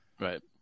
Right